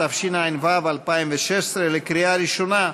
התשע"ו 2016, לקריאה ראשונה.